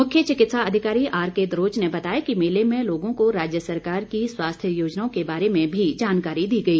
मुख्य चिकित्सा अधिकारी आरके दरोच ने बताया कि मेले में लोगों को राज्य सरकार की स्वास्थ्य योजनाओं के बारे में भी जानकारी दी गई